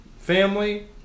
Family